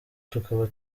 tukaba